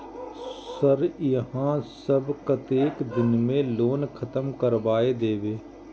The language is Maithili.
सर यहाँ सब कतेक दिन में लोन खत्म करबाए देबे?